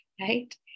right